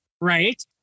right